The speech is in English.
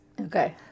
Okay